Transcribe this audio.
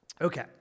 Okay